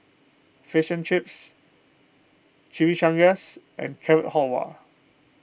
Fish and Chips Chimichangas and Carrot Halwa